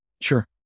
sure